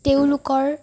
তেওঁলোকৰ